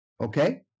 Okay